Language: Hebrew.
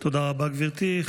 תודה רבה, גברתי.